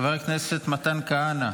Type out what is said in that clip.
חבר הכנסת מתן כהנא,